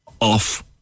Off